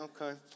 okay